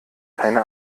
keine